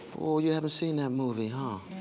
you haven't seen that movie, huh?